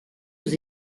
aux